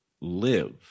live